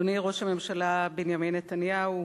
אדוני ראש הממשלה בנימין נתניהו,